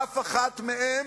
אף אחת מהן